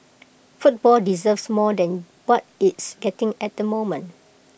football deserves more than what it's getting at the moment